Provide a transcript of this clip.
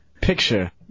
picture